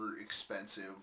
expensive